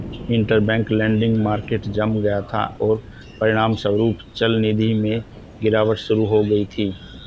interbank lending market जम गया था, और परिणामस्वरूप चलनिधि में गिरावट शुरू हो गई थी